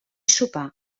sopar